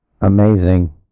Amazing